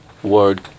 Word